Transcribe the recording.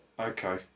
Okay